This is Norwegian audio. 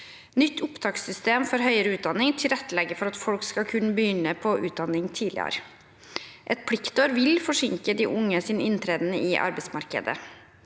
Nytt opptakssystem for høyere utdanning tilrettelegger for at folk skal kunne begynne på utdanning tidligere. Et pliktår vil forsinke de unge sin inntreden i arbeidsmarkedet.